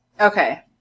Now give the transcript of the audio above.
Okay